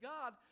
God